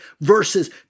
versus